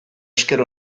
esker